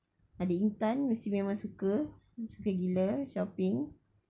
adik intan mesti memang suka suka gila shopping